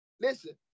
Listen